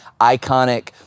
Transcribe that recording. iconic